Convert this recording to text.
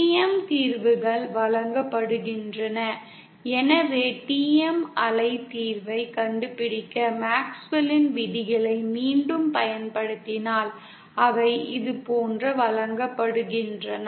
TM தீர்வுகள் வழங்கப்படுகின்றன எனவே TM அலை தீர்வைக் கண்டுபிடிக்க மேக்ஸ்வெல்லின் விதிகளை மீண்டும் பயன்படுத்தினால் அவை இதுபோன்று வழங்கப்படுகின்றன